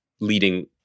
leading